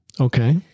Okay